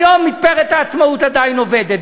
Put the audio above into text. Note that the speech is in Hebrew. היום מתפרת "העצמאות" עדיין עובדת,